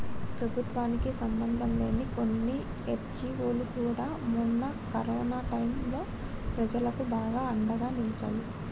ప్రభుత్వానికి సంబంధంలేని కొన్ని ఎన్జీవోలు కూడా మొన్న కరోనా టైంలో ప్రజలకు బాగా అండగా నిలిచాయి